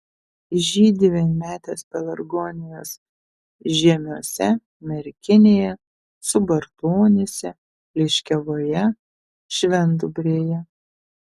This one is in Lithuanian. žydi vienametės pelargonijos žiemiuose merkinėje subartonyse liškiavoje švendubrėje